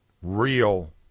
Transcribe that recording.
real